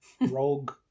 Rogue